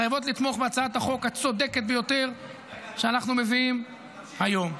חייבות לתמוך בהצעת החוק הצודקת ביותר שאנחנו מביאים היום.